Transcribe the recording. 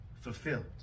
fulfilled